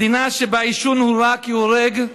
מדינה שבה עישון הוא רע כי הוא הורג,